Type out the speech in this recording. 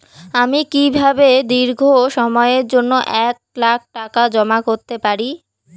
আমি কিভাবে দীর্ঘ সময়ের জন্য এক লাখ টাকা জমা করতে পারি?